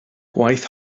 gwaith